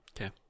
Okay